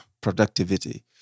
productivity